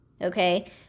Okay